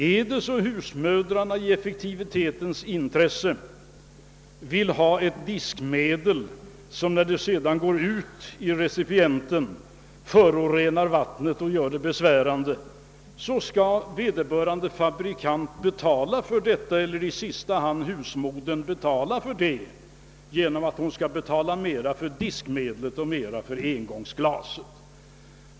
Om husmödrarna i effektivitetens intresse använder ett diskmedel som förorenar vattnet i recipienten, skall vederbörande fabrikant eller i sista hand husmödrarna betala de åtgärder som blir nödvändiga.